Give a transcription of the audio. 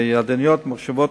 ידניות וממוחשבות,